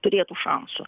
turėtų šansų